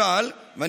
את